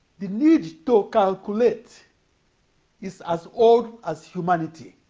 the need to calculate is as old as humanity.